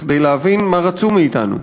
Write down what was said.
כדי להבין מה רצו מאתנו.